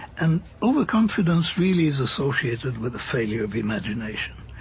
and overconfidence really is associated with a failure of imagination.